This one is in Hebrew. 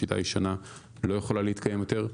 השיטה הישנה לא יכולה להתקיים יותר.